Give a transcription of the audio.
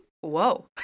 whoa